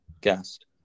guest